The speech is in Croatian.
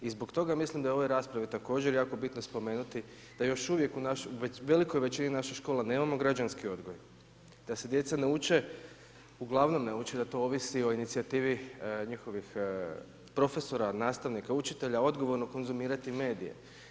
I zbog toga mislim da je u ovoj raspravi također jako bitno spomenuti, da još uvijek u velikoj većini naših škola nemamo građanski odgoj i da se djeca ne uče, ugl. ne uče, i da to ovisi o inicijativi njihovih profesora, nastavnika, učitelja, odgovorno konzumirati medije.